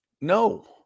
no